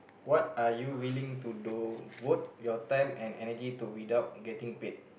what are you willing to devote your time and energy to without getting paid